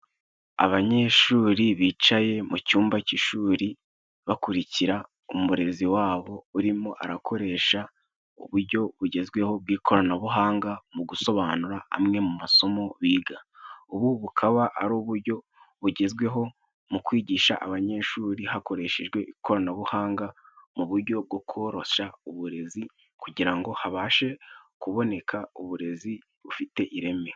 Abanyeshuri bicaye mu cyumba cy'ishuri, bakurikira umurezi wabo urimo arakoresha ubujyo bugezweho bw'ikoranabuhanga, mu gusobanura amwe mu masomo biga. Ubu bukaba ari ubujyo bugezwe ho mu kwigisha abanyeshuri hakoreshejwe ikoranabuhanga mu bujyo bwo koroshya uburezi, kugira ngo habashe kuboneka uburezi bufite ireme.